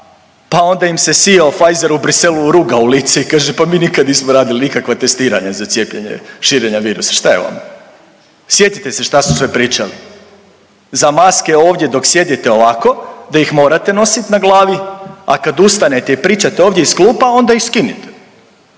pa onda im se Sia Pfizer u Bruxellesu ruga u lice i kaže pa mi nikad nismo radili nikakva testiranje za cijepljenje širenja virusa šta je vama. Sjetite se šta su sve pričali za maske ovdje dok sjedite ovako, da ih morate nosit na glavi, a kad ustanete i pričate ovdje iz klupa onda ih skinete,